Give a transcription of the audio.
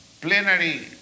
plenary